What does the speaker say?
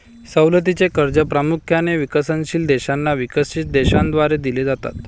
सवलतीची कर्जे प्रामुख्याने विकसनशील देशांना विकसित देशांद्वारे दिली जातात